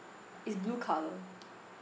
it's blue colour